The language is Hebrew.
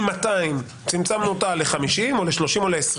מ-200 צמצמנו אותה ל-50 או ל-30 או ל-20